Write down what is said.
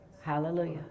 Hallelujah